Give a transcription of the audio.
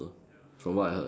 from what I heard